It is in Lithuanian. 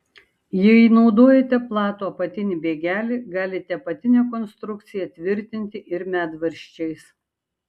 jei naudojate platų apatinį bėgelį galite apatinę konstrukciją tvirtinti ir medvaržčiais